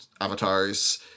avatars